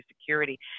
security